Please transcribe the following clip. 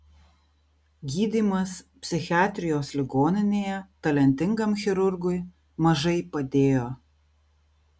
gydymas psichiatrijos ligoninėje talentingam chirurgui mažai padėjo